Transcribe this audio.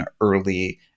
early